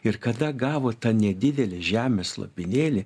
ir kada gavo tą nedidelį žemės lopinėlį